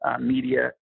media